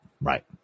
Right